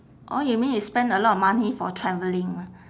orh you mean you spend a lot of money for travelling lah